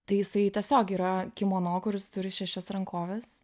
tai jisai tiesiog yra kimono kuris turi šešias rankoves